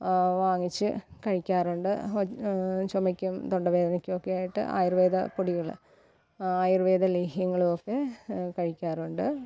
വാങ്ങിച്ച് കഴിക്കാറുണ്ട് ചുമയ്ക്കും തൊണ്ടവേദനയ്ക്കൊക്കെ ആയിട്ട് ആയുർവേദപ്പൊടികള് ആയുർവേദ ലേഹ്യങ്ങളുമൊക്കെ കഴിക്കാറുണ്ട്